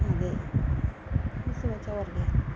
ते फिर होर केह्